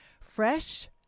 fresh